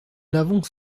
n’avons